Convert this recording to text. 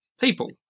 people